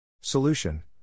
Solution